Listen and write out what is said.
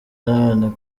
nanone